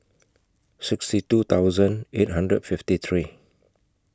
sixty two thousand eight hundred and fifty three